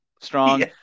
strong